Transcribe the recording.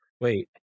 Wait